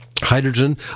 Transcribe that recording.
Hydrogen